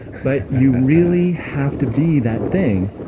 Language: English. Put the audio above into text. but you really have to be that thing.